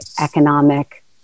economic